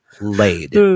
laid